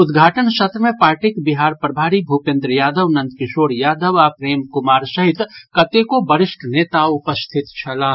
उद्घाटन सत्र मे पार्टीक बिहार प्रभारी भूपेन्द्र यादव नंद किशोर यादव आ प्रेम कुमार सहित कतेको वरिष्ठ नेता उपस्थित छलाह